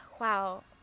Wow